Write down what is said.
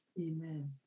Amen